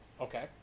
Okay